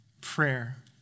prayer